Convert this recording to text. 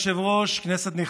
השעון רץ.